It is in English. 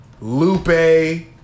Lupe